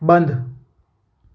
બંધ